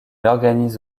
organise